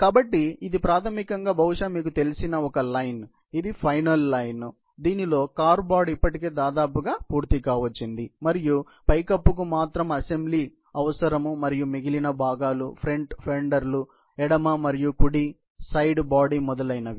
కాబట్టి ఇది ప్రాథమికంగా బహుశా మీకు తెలిసిన ఒక లైన్ ఇది ఫైనల్ లైన్ దీనిలో కార్ బాడీ ఇప్పటికే దాదాపు గా పూర్తికావచ్చింది మరియు పైకప్పుకు మాత్రము అసెంబ్లీ అవసరం మరియు మిగిలిన భాగాలు ఫ్రంట్ ఫెండర్లు ఎడమ మరియు కుడిసైడ్ బాడీ మొదలైనవి